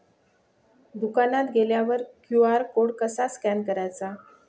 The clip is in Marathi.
दुकानात गेल्यावर क्यू.आर कोड कसा स्कॅन करायचा?